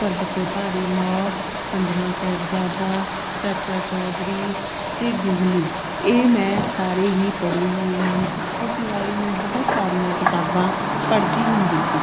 ਪਰਬ ਤੋਂ ਭਾਰੀ ਮੌਤ ਪੰਜਵਾਂ ਸਹਿਬਜਾਦਾ ਚਾਚਾ ਚੌਧਰੀ ਅਤੇ ਗੁਗਲੀ ਇਹ ਮੈਂ ਸਾਰੇ ਹੀ ਪੜ੍ਹੇ ਹੋਏ ਹਨ ਇਸ ਤੋਂ ਸਿਵਾ ਵੀ ਮੈਂ ਬਹੁਤ ਸਾਰੀਆਂ ਕਿਤਾਬਾਂ ਪੜ੍ਹਦੀ ਹੁੰਦੀ ਸੀ